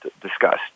discussed